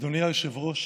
אדוני היושב-ראש,